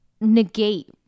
negate